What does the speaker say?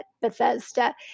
Bethesda